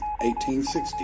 1860